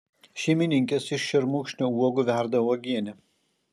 šeimininkės iš šermukšnio uogų verda uogienę